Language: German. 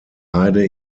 heide